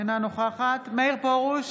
אינה נוכחת מאיר פרוש,